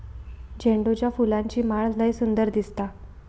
झेंडूच्या फुलांची माळ लय सुंदर दिसता